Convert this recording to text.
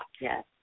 Yes